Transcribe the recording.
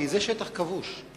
כי זה שטח כבוש.